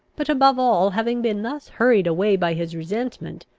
but above all, having been thus hurried away by his resentment,